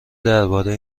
درباره